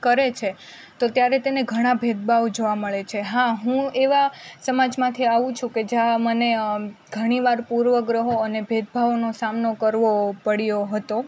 કરે છે તો ત્યારે તેને ઘણા ભેદભાવો જોવા મળે છે હા હું એવા સમાજમાંથી આવું છું કે જ્યાં મને ઘણીવાર પૂર્વગ્રહો અને ભેદભાવોનો સામનો કરવો પડ્યો હતો